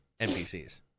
npcs